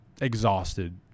exhausted